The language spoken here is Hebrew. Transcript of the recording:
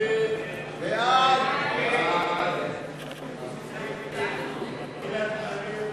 ההסתייגויות